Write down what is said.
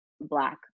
black